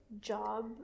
job